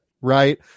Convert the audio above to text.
right